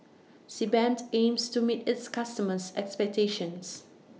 Sebamed aims to meet its customers' expectations